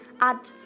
add